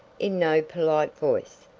in no polite voice,